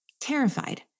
terrified